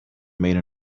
made